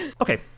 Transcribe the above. Okay